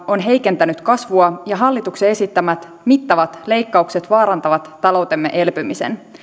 on heikentänyt kasvua ja hallituksen esittämät mittavat leikkaukset vaarantavat taloutemme elpymisen